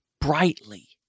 brightly